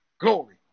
Glory